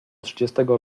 trzydziestego